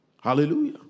Hallelujah